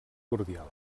cordial